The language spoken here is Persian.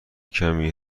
کمی